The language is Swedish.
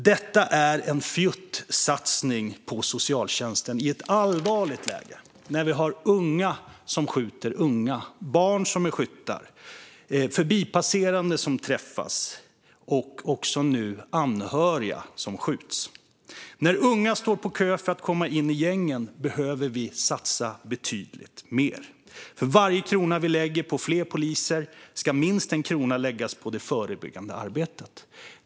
Detta är en fjuttsatsning på socialtjänsten i ett allvarligt läge, när det finns unga som skjuter unga, barn som är skyttar, förbipasserande som träffas och nu också anhöriga som skjuts. När unga står på kö för att komma in i gängen behöver vi satsa betydligt mer. För varje krona vi lägger på fler poliser ska minst en krona läggas på det förebyggande arbetet.